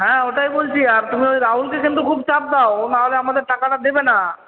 হ্যাঁ ওটাই বলছি আর তুমি ওই রাহুলকে কিন্তু খুব চাপ দাও ও নাহলে আমাদের টাকাটা দেবে না